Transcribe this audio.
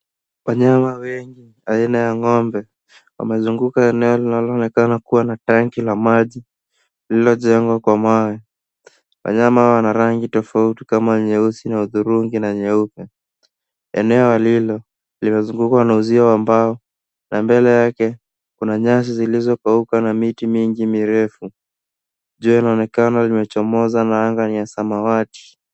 Wanyama wengi aina ya ng'ombe wamezunguka eneo linaloonekana kuwa na tanki la maji lililojegwa kwa mawe. Wanyama hawa wana rangi tofauti kama nyeusi na hudhurungi nyeupe. Eneo lilo limezungukwa na uzio wa mbao na mbele yake kuna nyasi zilizokauka na miti mingi mirefu. Jua inaonekana limechomoza na anga ni ya samawati.